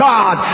God